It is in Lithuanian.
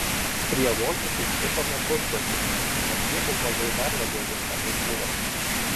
prie vokiečių stipome pusbadžiu o tie ubagai dar labiau viską nušluos